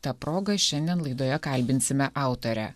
ta proga šiandien laidoje kalbinsime autorę